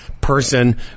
person